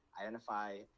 identify